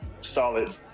solid